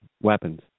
weapons